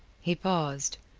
he paused.